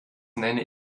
nenne